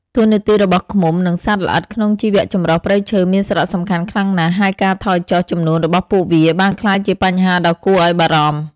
តួនាទីរបស់ឃ្មុំ និងសត្វល្អិតក្នុងជីវៈចម្រុះព្រៃឈើមានសារៈសំខាន់ខ្លាំងណាស់ ហើយការថយចុះចំនួនរបស់ពួកវាបានក្លាយជាបញ្ហាដ៏គួរឲ្យបារម្ភ។